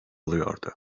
alıyordu